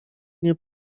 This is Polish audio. nie